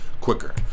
quicker